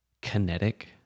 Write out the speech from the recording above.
kinetic